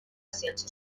ciències